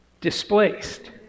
displaced